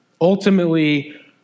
Ultimately